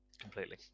Completely